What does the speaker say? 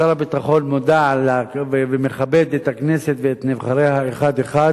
שר הביטחון מודע ומכבד את הכנסת ואת נבחריה אחד-אחד,